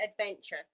adventure